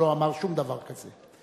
לא אמר שום דבר כזה.